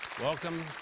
Welcome